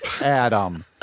adam